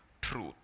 truth